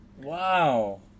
Wow